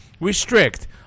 restrict